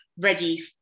ready